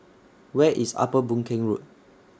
Where IS Upper Boon Keng Road